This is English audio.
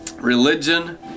Religion